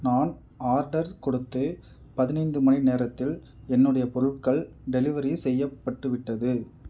நான் ஆர்டர் கொடுத்து பதினைந்து மணி நேரத்தில் என்னுடைய பொருட்கள் டெலிவரி செய்யப்பட்டுவிட்டது